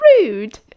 Rude